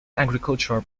agricultural